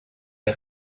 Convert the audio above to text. est